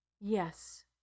Yes